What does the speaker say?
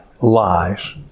lies